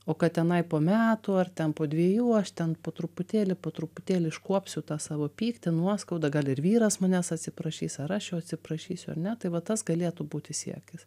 o kad tenai po metų ar ten po dviejų aš ten po truputėlį po truputėlį iškuopsiu tą savo pyktį nuoskaudą gal ir vyras manęs atsiprašys ar aš jo atsiprašysiu ar ne tai vat tas galėtų būti siekis